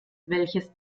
welches